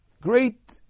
great